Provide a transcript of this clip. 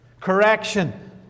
Correction